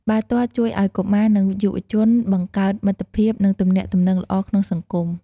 បាល់ទាត់ជួយឲ្យកុមារ និងយុវជនបង្កើតមិត្តភាព និងទំនាក់ទំនងល្អក្នុងសង្គម។